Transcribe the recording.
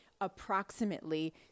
approximately